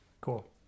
Cool